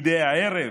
מדי ערב,